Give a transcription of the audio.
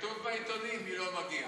כתוב בעיתונים מי לא מגיע.